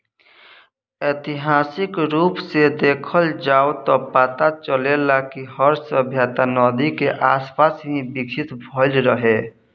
ऐतिहासिक रूप से देखल जाव त पता चलेला कि हर सभ्यता नदी के आसपास ही विकसित भईल रहे